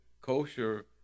kosher